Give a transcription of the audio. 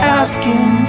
asking